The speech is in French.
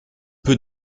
peu